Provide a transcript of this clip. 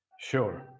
Sure